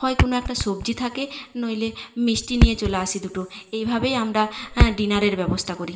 হয় কোনো একটা সব্জি থাকে নইলে মিষ্টি নিয়ে চলে আসি দুটো এইভাবেই আমরা ডিনারের ব্যবস্থা করি